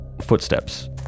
footsteps